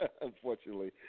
unfortunately